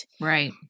Right